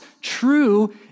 true